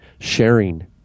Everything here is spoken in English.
sharing